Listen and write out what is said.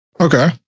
Okay